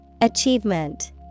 Achievement